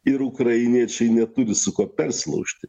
ir ukrainiečiai neturi su kuo persilaužti